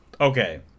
Okay